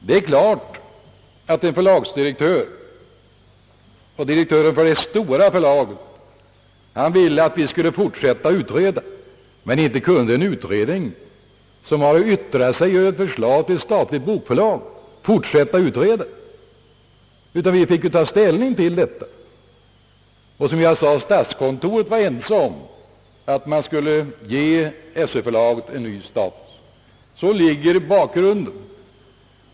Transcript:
Det är klart att direktören för det stora förlaget ville att vi skulle fortsätta utreda, men detta var ju inte möjligt eftersom utredningen hade att yttra sig över ett förslag om statligt bokförlag. Vi blev tvungna att ta ställning till detta. Och som jag sade ansåg statskontoret att man borde ge Sö-förlaget en ny status. Detta är bakgrunden.